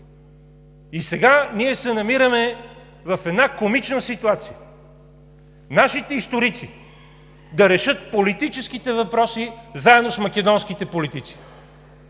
И сега ние се намираме в една комична ситуация – нашите историци да решат политическите въпроси заедно с македонските политици,